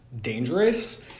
dangerous